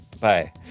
Bye